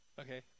okay